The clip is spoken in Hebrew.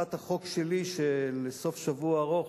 הצעת החוק שלי לסוף-שבוע ארוך,